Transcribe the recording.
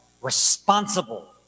responsible